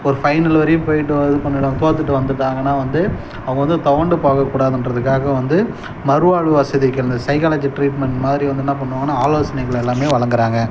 ஒரு ஃபைனல் வரையும் போய்விட்டு வ இது பண்ணிடு தோற்றுட்டு வந்துவிட்டாங்கன்னா வந்து அவங்க வந்து துவண்டு போகக்கூடாதுகிறதுக்காக வந்து மறுவாழ்வு வசதிக்கு இந்த சைக்காலஜி ட்ரீட்மெண்ட் மாதிரி வந்து என்ன பண்ணுவாங்கன்னால் ஆலோசனைகள் எல்லாமே வழங்கிறாங்க